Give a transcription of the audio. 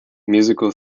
musical